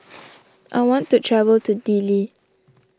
I want to travel to Dili